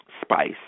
spice